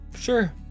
sure